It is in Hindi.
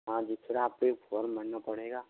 हां जी फिर आपको एक फ़ॉर्म भरना पड़ेगा